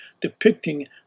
depicting